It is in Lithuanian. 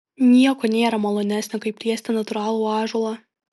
nieko nėra malonesnio kaip liesti natūralų ąžuolą